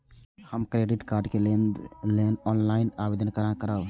हम credit card के लेल ऑनलाइन आवेदन केना करब?